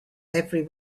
every